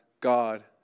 God